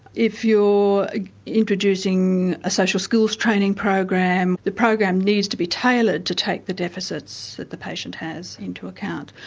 if you're introducing a social skills training program, the program needs to be tailored to take the deficits that the patient has into account.